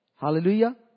Hallelujah